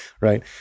right